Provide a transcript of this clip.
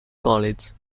college